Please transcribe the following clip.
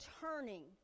turning